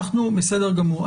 בסדר גמור.